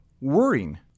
worrying